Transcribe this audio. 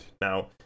Now